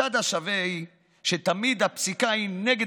הצד השווה הוא שתמיד הפסיקה היא נגד